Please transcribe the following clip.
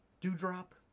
Dewdrop